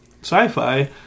sci-fi